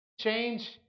change